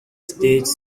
states